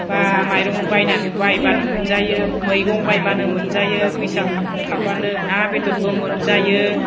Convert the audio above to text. बा माइरं बायनानै बायबानो मोनजायो मैगं बायबानो मोनजायो फैसा हाब थाबानो ना बेदरबो मोनजायो